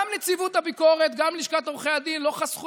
גם נציבות הביקורת וגם לשכת עורכי הדין לא חסכו